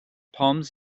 palms